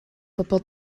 bobl